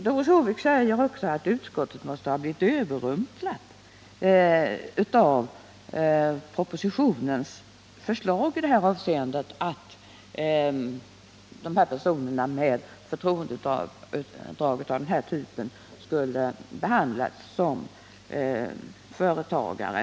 Doris Håvik säger också att utskottet måste ha blivit överrumplat av propositionens förslag i det här avseendet, att personer med förtroendeuppdrag av den här arten skulle behandlas som företagare.